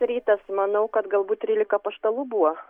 rytas manau kad galbūt trylika apaštalų buvo